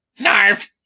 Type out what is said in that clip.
snarf